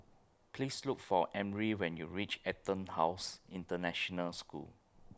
Please Look For Emry when YOU REACH Etonhouse International School